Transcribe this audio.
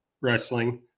wrestling